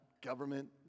government